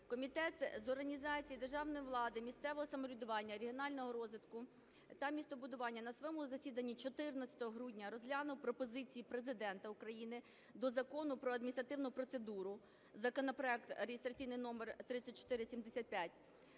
Комітет з організації державної влади, місцевого самоврядування, регіонального розвитку та містобудування на своєму засіданні 14 грудня розглянув пропозиції Президента України до Закону "Про адміністративну процедуру" (законопроект реєстраційний номер 3475).